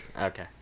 Okay